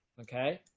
Okay